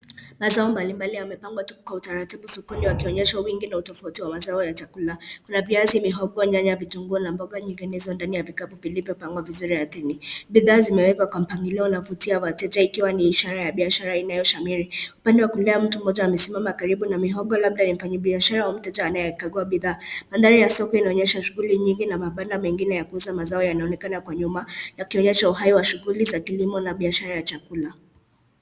Mazao mbalimbali yamepangwa tu kwa utaratibu soko yakionyesha wingi na utofauti wa mazao ya chakula. Kuna viazi, mihogo, nyanya, vitunguu na mboga nyinginezo ndani ya vikapu vilivyopangwa vizuri ardhini. Bidhaa zimewekwa kwa mpangilio unaovutia wateja ikiwa ni ishara ya biashara inayoshamiri. Upande wa kulia mtu mmoja amesimama karibu na mihogo labda ni mfanyabiashara au mteja anayekagua bidhaa. Mandhari ya soko inaonyesha shughuli nyingi na mabanda mengine ya kuuza mazao yanaonekana kwa nyuma ikionyesha uhai wa shughuli za kilimo na biashara ya chakula.